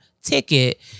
ticket